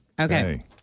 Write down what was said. Okay